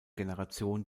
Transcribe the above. generation